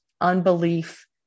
Unbelief